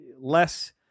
less